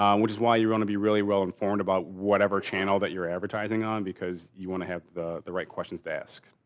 um which is why you're gonna be really well informed about whatever channel that you're advertising on because you want to have the the right questions to ask.